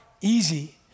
easy